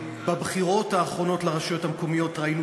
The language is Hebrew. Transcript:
בבחירות האחרונות לרשויות המקומיות ראינו